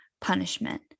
punishment